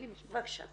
בבקשה.